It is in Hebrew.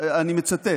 אני מצטט,